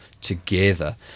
together